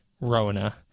Rona